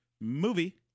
Movie